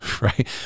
Right